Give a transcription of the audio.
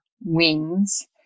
wings